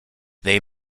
they